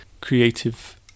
creative